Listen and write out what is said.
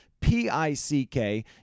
P-I-C-K